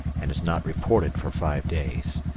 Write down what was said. and has not reported for five days.